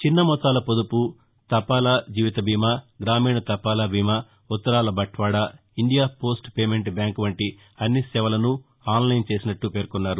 చిన్నమొత్తాల పొదుపు తపాలా జీవిత బీమా గ్రామీణ తపాలా బీమా ఉత్తరాల బట్వాడా ఇండియా పోస్లు పేమెంట్ బ్యాంక్ వంటి అన్ని సేవలను ఆన్లైన్ చేసినట్లు పేర్కొన్నారు